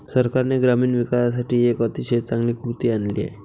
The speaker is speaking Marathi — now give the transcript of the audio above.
सरकारने ग्रामीण विकासासाठी एक अतिशय चांगली कृती आणली आहे